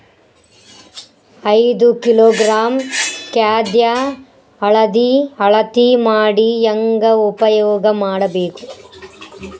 ಐದು ಕಿಲೋಗ್ರಾಂ ಖಾದ್ಯ ಅಳತಿ ಮಾಡಿ ಹೇಂಗ ಉಪಯೋಗ ಮಾಡಬೇಕು?